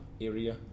area